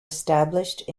established